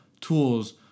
tools